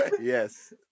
Yes